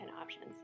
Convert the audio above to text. options